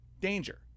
Danger